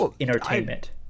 entertainment